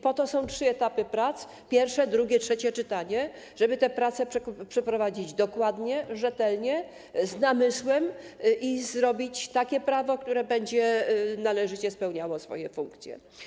Po to są trzy etapy prac: pierwsze, drugie, trzecie czytanie, żeby te prace przeprowadzić dokładnie, rzetelnie, z namysłem i zrobić takie prawo, które będzie należycie spełniało swoje funkcje.